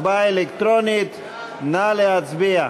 הצבעה אלקטרונית, נא להצביע.